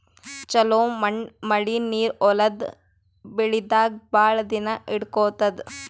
ಛಲೋ ಮಣ್ಣ್ ಮಳಿ ನೀರ್ ಹೊಲದ್ ಬೆಳಿದಾಗ್ ಭಾಳ್ ದಿನಾ ಹಿಡ್ಕೋತದ್